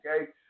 okay